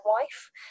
wife